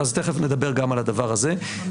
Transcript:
תכף נדבר גם על הדבר הזה.